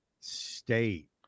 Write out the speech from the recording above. State